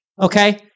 Okay